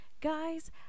Guys